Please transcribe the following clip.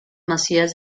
masies